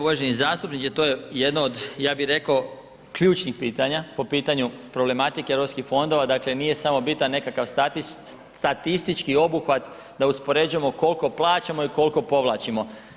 Uvaženi zastupniče, to je jedno od ja bi reko ključnih pitanja po pitanju problematike Europskih fondova, dakle nije samo bitan nekakav statistički obuhvat da uspoređujemo kolko plaćamo i kolko povlačimo.